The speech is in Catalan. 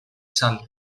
sal